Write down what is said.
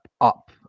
up